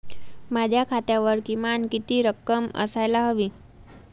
माझ्या खात्यावर किमान किती रक्कम असायला हवी?